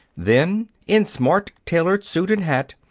then, in smart tailored suit and hat,